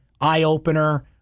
eye-opener